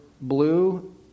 blue